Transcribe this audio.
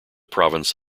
province